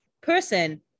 person